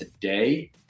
today